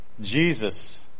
Jesus